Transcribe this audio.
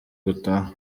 gutaha